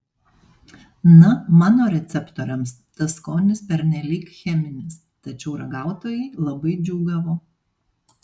na mano receptoriams tas skonis pernelyg cheminis tačiau ragautojai labai džiūgavo